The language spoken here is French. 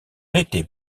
était